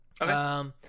okay